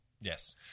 Yes